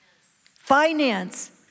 Finance